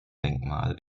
denkmal